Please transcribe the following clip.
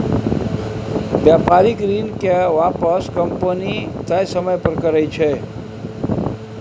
बेपारिक ऋण के आपिस कंपनी तय समय पर करै छै